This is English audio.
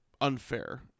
unfair